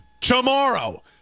tomorrow